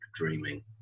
dreaming